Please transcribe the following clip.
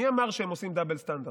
מי אמר שהם עושים דאבל סטנדרט?